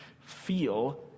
feel